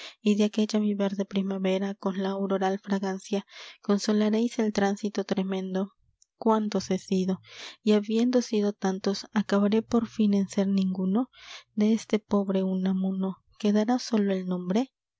y de aquella mi verde primavera con la auroral fragancia consolaréis el tránsito tremendo cuántos he sido y habiendo sido tantos acabaré por fin en ser ninguno de este pobre unamuno quedará solo el nombre